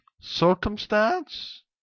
circumstance